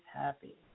happy